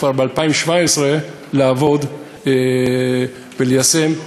כבר ב-2017 לעבוד וליישם.